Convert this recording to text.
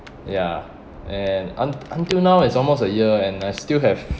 ya and un~ until now it's almost a year and I still have